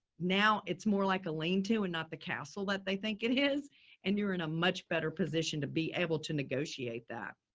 now it's more like a lane too and not the castle that they think it is and you're in a much better position to be able to negotiate that.